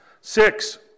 Six